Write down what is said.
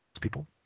people